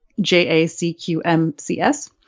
J-A-C-Q-M-C-S